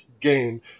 game